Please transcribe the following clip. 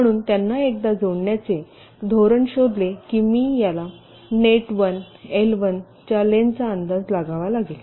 म्हणून एकदा त्यांना जोडण्याचे धोरण शोधले की मला या नेट 1 एल 1 च्या लेन्थचा अंदाज लागावा लागेल